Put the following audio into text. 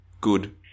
good